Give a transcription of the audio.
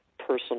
personal